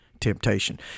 temptation